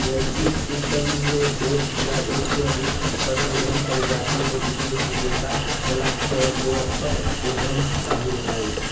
ranching system मे एक या एक से अधिक पशुधन प्रजाति मे विशेषज्ञता वला श्रमव्यापक उद्यम शामिल हय